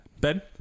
Ben